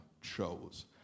chose